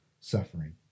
suffering